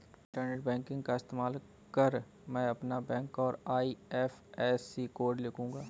internet banking का इस्तेमाल कर मैं अपना बैंक और आई.एफ.एस.सी कोड लिखूंगा